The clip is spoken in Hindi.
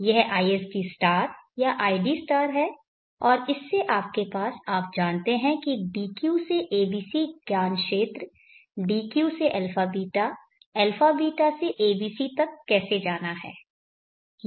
यह isd या id है और इससे आपके पास आप जानते हैं कि DQ से abc ज्ञानक्षेत्र DQ से αβ αβ से ABC तक कैसे जाना है